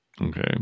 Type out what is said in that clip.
Okay